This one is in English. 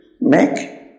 make